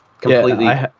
completely